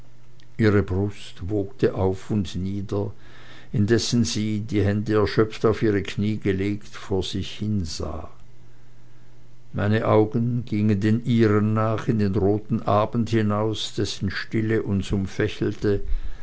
ihre brust wogte auf und nieder indessen sie die hände erschöpft auf ihre knie gelegt vor sich hinsah meine augen gingen den ihrigen nach in den roten abend hinaus dessen stille uns